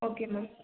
okay ma'am